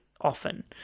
often